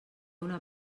una